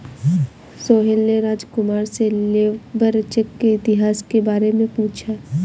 सोहेल ने राजकुमार से labour check के इतिहास के बारे में पूछा